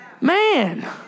man